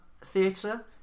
theatre